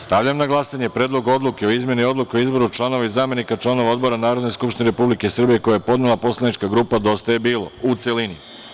Stavljam na glasanje Predlog odluke o izmeni Odluke o izboru članova i zamenika članova odbora Narodne skupštine Republike Srbije, koji je podnela poslanička grupa „Dosta je bilo“, u celini.